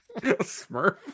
smurf